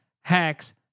hacks